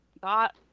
got